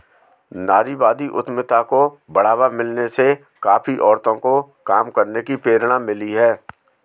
नारीवादी उद्यमिता को बढ़ावा मिलने से काफी औरतों को काम करने की प्रेरणा मिली है